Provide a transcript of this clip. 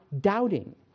doubting